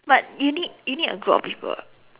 but you need you need a group of people